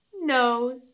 nose